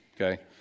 okay